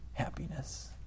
Happiness